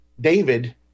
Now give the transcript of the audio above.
David